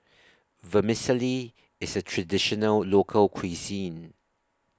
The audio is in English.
Vermicelli IS A Traditional Local Cuisine